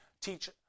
Teach